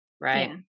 Right